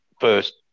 first